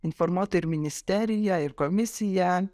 informuotų ir ministeriją ir komisiją